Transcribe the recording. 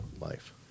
life